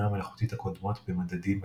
המלאכותית הקודמות במדדים בתעשייה,